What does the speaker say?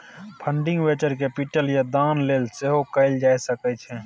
funding venture capital या दान लेल सेहो कएल जा सकै छै